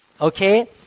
Okay